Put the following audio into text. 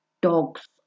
Dogs